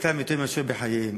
במיתתם יותר מאשר בחייהם.